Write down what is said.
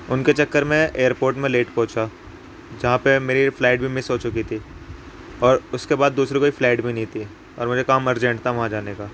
ان کے چکر میں ایئرپوٹ میں لیٹ پہنچا جہاں پہ میری فلائٹ بھی مس ہو چکی تھی اور اس کے بعد دوسری کوئی فلائٹ بھی نہیں تھی اور مجھے کام ارجنٹ تھا وہاں جانے کا